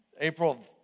April